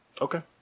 Okay